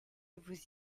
vous